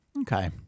Okay